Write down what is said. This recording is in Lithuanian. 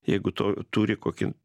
jeigu to turi kokį